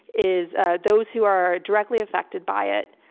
is ah those who are directly affected by it,